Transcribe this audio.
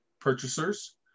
purchasers